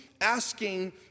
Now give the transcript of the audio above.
asking